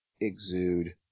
exude